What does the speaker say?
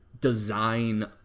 design